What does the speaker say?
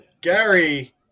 Gary